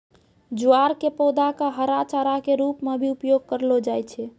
ज्वार के पौधा कॅ हरा चारा के रूप मॅ भी उपयोग करलो जाय छै